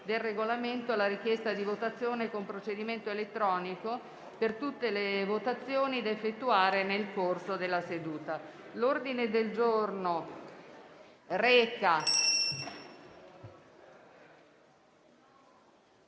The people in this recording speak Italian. del Regolamento, la richiesta di votazione con procedimento elettronico per tutte le votazioni da effettuare nel corso della seduta.